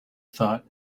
thought